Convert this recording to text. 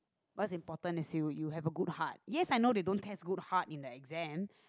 what's important is you you have a good heart yes I know they don't test good heart in a exam